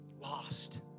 lost